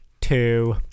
Two